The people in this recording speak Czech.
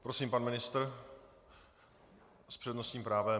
Prosím, pan ministr s přednostním právem.